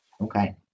Okay